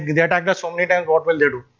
they attacked us so many times, what will they do?